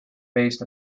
based